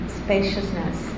spaciousness